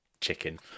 chicken